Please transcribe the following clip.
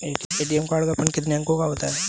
ATM card का pin कितने अंकों का होता है?